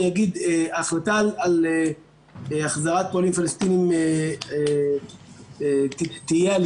החלטה על החזרת פועלים פלסטינים תהיה על